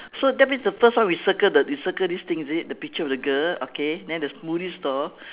so that means the first one we circle the we circle this thing is it the picture of the girl okay then the smoothie stall